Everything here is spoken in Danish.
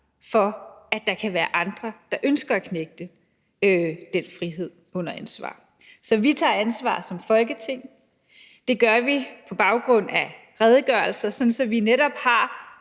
for, at der kan være andre, der ønsker at knægte den frihed under ansvar. Så vi tager ansvar som Folketing, og det gør vi på baggrund af redegørelser, så vi netop har